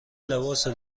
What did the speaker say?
لباسو